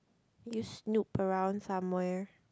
you snoop around somewhere